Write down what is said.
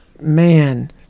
man